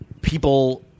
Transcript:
people